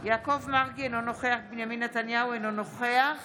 יעקב מרגי, אינו נוכח בנימין נתניהו, אינו נוכח